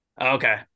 Okay